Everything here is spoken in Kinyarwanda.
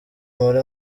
muri